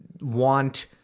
want